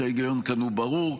נדמה לי שההיגיון כאן ברור.